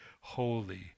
holy